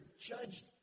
judged